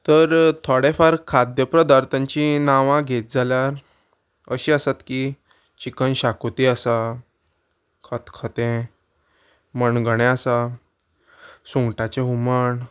तर थोडे फार खाद्य पदार्थांची नांवां घेत जाल्यार अशीं आसात की चिकन शाकुती आसा खतखतें मणगणें आसा सुंगटाचें हुमण